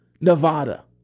Nevada